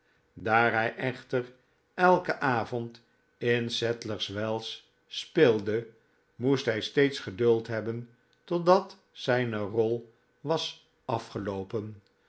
daar hij echter elken avond in sadlers wells speelde moest hij steeds geduld hebben totdat zijne rol was afgeloopen